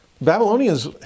Babylonians